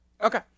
Okay